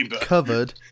covered